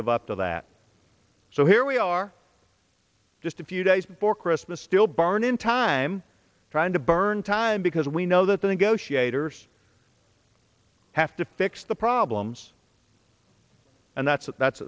live up to that so here we are just a few days before christmas still barn in time trying to burn time because we know that the negotiators have to fix the problems and that's what